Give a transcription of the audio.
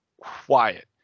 quiet